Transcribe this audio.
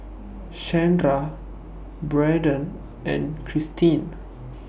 Shandra Braden and Christin